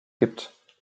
gibt